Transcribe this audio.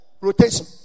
rotation